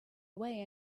away